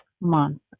month